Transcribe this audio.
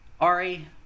Ari